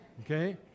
Okay